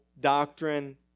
doctrine